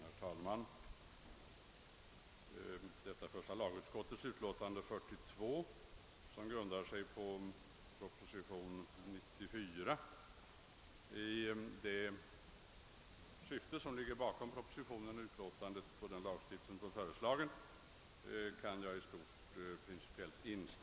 Herr talman! Första lagutskottets utlåtande nr 42 grundar sig på propositionen 94. Det lagförslag som där framläggs kan jag i stort sett principiellt ansluta mig till.